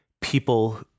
people